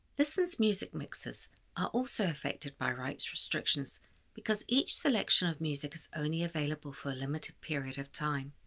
listen's music mixes are also affected by rights restrictions because each selection of music is only available for a limited period of time.